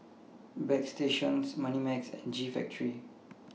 Bagstationz Moneymax and G Factory